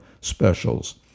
specials